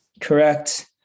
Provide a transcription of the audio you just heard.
correct